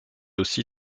aussi